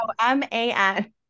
M-A-N